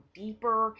deeper